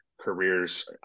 careers